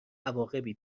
عواقبی